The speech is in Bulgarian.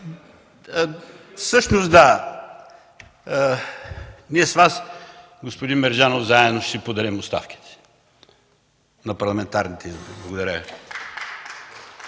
Всъщност ние с Вас, господин Мерджанов, заедно ще си подадем оставките – на парламентарните избори. Благодаря.